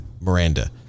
Miranda